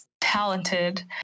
talented